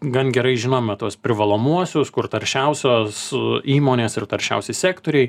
gan gerai žinome tuos privalomuosius kur taršiausios įmonės ir taršiausi sektoriai